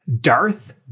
Darth